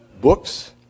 books